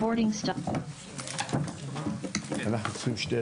הישיבה ננעלה בשעה 14:15.